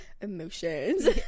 emotions